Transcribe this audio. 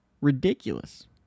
Ridiculous